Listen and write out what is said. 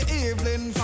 evening